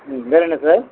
வேறென்ன சார்